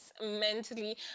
mentally